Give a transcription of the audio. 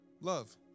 love